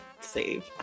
save